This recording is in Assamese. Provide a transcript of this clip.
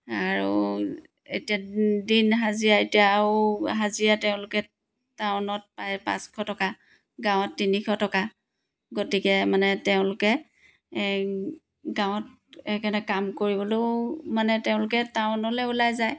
আৰু এতিয়া দিন হাজিৰা এতিয়াও হাজিৰা তেওঁলোকে টাউনত পাই পাঁচশ টকা গাঁৱত তিনিশ টকা গতিকে মানে তেওঁলোকে গাঁৱত এইকাৰণে কাম কৰিবলৈয়ো মানে তেওঁলোকে টাউনলৈ উলাই যায়